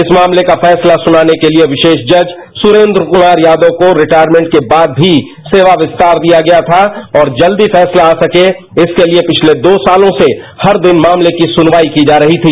इस मामले का फैसला सुनाने के लिए विशेष जज सुरेन्द्र कुमार यादव को रिटायरमेंट के बाद भी सेवा विस्तार दिया गया था और जल्दी फैसला आ सके इसके लिए पिछले दो सालों से हर दिन मामले की सुनवाई की जा रही थी